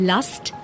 Lust